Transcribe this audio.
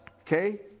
Okay